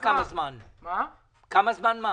מה "כמה זמן"?